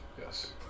Yes